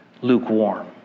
lukewarm